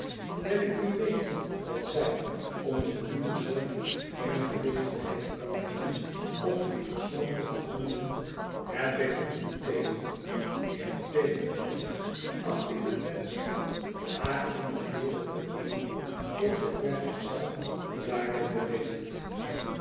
wijl ik nu weet dat zij onder uw zorg geen gelegenheid kan hebben om dien persoon te ontmoeten heb ik er niet tegen integendeel acht ik het wenschelijk haar in de wereld te brengen voor zoo ver gjj zelf u daarin beweegt